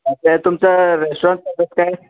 हां ते तुमचं रेस्टॉरंट काय